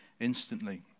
instantly